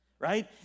Right